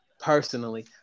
personally